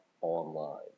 online